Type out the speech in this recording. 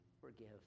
forgive